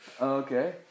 okay